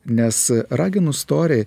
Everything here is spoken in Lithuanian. nes raginus toriai